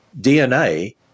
DNA